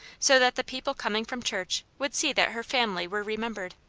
so that the people coming from church would see that her family were remembered.